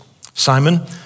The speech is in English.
Simon